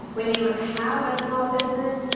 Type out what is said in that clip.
when you have a small business,